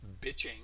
Bitching